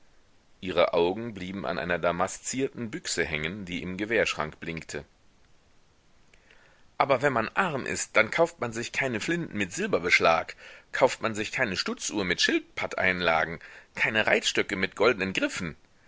ihre augen blieben an einer damaszierten büchse hängen die im gewehrschrank blinkte aber wenn man arm ist dann kauft man sich keine flinten mit silberbeschlag kauft man sich keine stutzuhr mit schildpatteinlagen keine reitstöcke mit goldnen griffen